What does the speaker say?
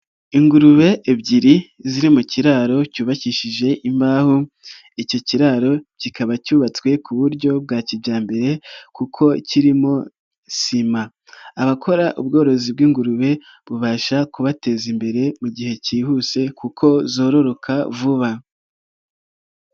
Ingurube ebyiri ziri mu kiraro cyubakishije imbaho, icyo kiraro kikaba cyubatswe ku buryo bwa kijyambere kuko kirimo sima, abakora ubworozi bw'ingurube bubasha kubateza imbere mu gihe cyihuse kuko zororoka vuba.